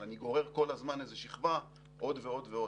אבל אני גורר כל הזמן שכבה עוד ועוד.